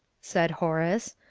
said horace.